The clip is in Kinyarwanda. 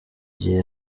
gihe